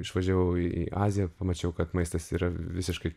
išvažiavau į aziją pamačiau kad maistas yra visiškai